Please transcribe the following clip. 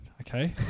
okay